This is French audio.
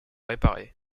réparer